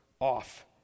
off